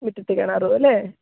മുറ്റത്തു കിണറുമല്ലേ